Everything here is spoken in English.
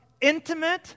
intimate